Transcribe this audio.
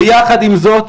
יחד עם זאת,